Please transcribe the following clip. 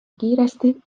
kiiresti